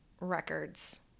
records